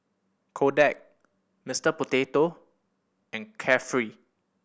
Kodak Mister Potato and Carefree